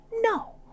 No